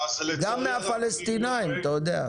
גם מהפלסטינאים, אתה יודע.